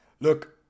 Look